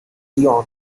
leon